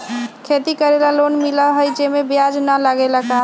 खेती करे ला लोन मिलहई जे में ब्याज न लगेला का?